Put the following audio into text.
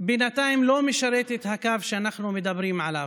בינתיים לא משרת את הקו שאנחנו מדברים עליו,